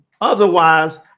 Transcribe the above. Otherwise